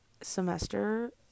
semester